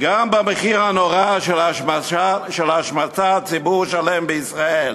גם במחיר הנורא של השמצת ציבור שלם בישראל,